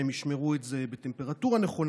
בתנאי שהם ישמרו את זה בטמפרטורה נכונה.